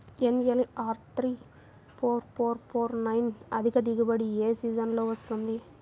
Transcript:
NLR three four four four nine అధిక దిగుబడి ఏ సీజన్లలో వస్తుంది?